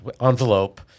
envelope